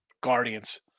Guardians